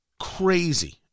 Crazy